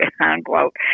unquote